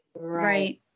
right